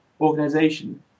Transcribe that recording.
organization